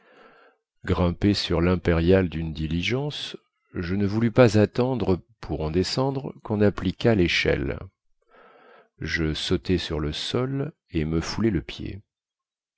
grimpé sur limpériale dune diligence je ne voulus pas attendre pour en descendre quon appliquât léchelle je sautai sur le sol et me foulai le pied